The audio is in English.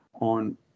on